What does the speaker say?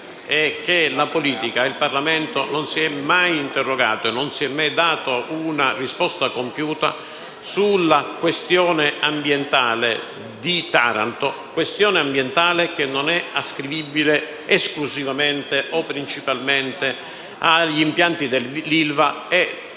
la politica e il Parlamento non si sono mai interrogati e non si sono mai dati una risposta compiuta sulla questione ambientale di Taranto; una questione ambientale che non è ascrivibile esclusivamente o principalmente agli impianti dell'ILVA e, devo